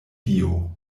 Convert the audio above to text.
dio